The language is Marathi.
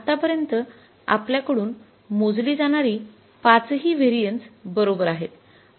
आत्तापर्यंत आपल्याकडून मोजली जाणारी ५ ही व्हेरिएन्स बरोबर आहेत आणि याबद्दल काही शंका नाही